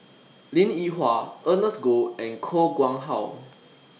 Linn in Hua Ernest Goh and Koh Nguang How